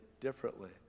differently